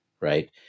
Right